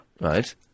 Right